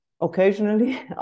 occasionally